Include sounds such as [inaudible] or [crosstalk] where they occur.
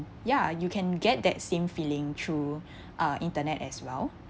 ya you can get that same feeling through [breath] uh internet as well